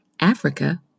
Africa